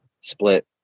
split